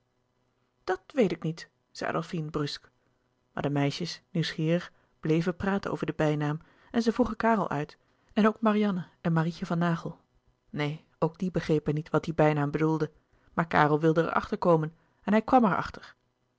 dat weet ik niet zei adolfine brusk maar de meisjes nieuwsgierig bleven praten over den bijnaam en zij vroegen karel uit en ook marianne en marietje van naghel neen ook die begrepen niet wat die bijnaam louis couperus de boeken der kleine zielen bedoelde maar karel wilde er achter komen en hij kwam